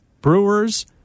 Brewers